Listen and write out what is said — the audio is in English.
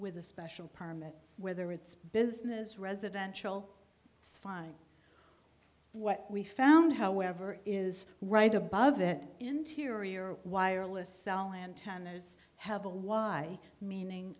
with a special permit whether it's business residential five what we found however is right above that interior wireless cell antennas have a y meaning